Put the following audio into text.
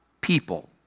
people